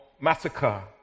massacre